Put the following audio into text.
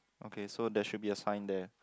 okay there should be a sign there